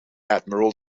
admiral